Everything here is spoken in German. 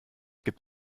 gibt